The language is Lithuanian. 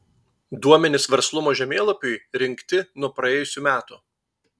duomenys verslumo žemėlapiui rinkti nuo praėjusių metų